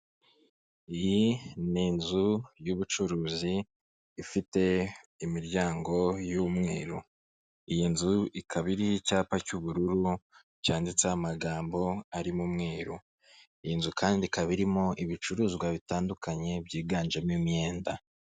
Iyi ni inzu y'ubucuruzi ifite imiryango y'umweru. Iyi nzu ikaba ariho icyapa cy'ubururu cyanditseho amagambo arimo umweru iyi nzu kandi ikaba irimo ibicuruzwa bitandukanye byiganjemo imyenda.